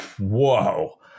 whoa